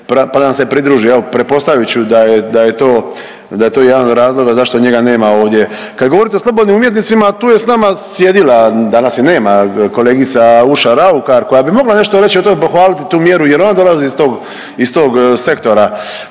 pa nam se pridruži. Evo pretpostavit ću da je to jedan od razloga zašto njega nema ovdje. Kad govorite o slobodnim umjetnicima tu je sa nama sjedila, danas je nema, kolegica Urša Raukar koja bi mogla nešto reći o tome i pohvaliti tu mjeru jer ona dolazi iz tog, iz tog